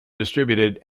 distributed